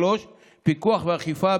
3. פיקוח ואכיפה,